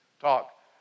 talk